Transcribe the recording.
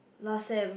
last sem